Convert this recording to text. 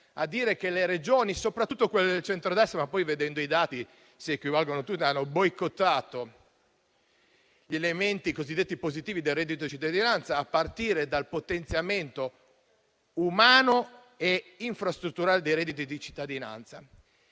che le Regioni, soprattutto quelle del centrodestra - ma poi, vedendo i dati, si equivalgono tutte - hanno boicottato gli elementi cosiddetti positivi del reddito di cittadinanza, a partire dal potenziamento umano e infrastrutturale dei redditi di cittadinanza,